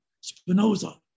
Spinoza